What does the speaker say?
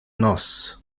nos